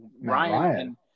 Ryan